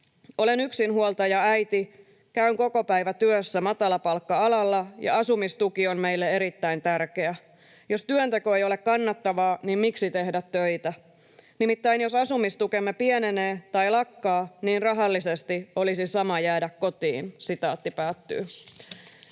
”Olen yksinhuoltajaäiti, käyn kokopäivätyössä matalapalkka-alalla ja asumistuki on meille erittäin tärkeä. Jos työnteko ei ole kannattavaa, niin miksi tehdä töitä? Nimittäin jos asumistukemme pienenee tai lakkaa, niin rahallisesti olisi sama jäädä kotiin.” — Kiitos.